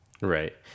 Right